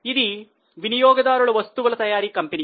ఇది వినియోగదారుల వస్తువుల తయారీ కంపెనీ